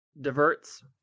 Diverts